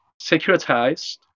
securitized